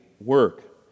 work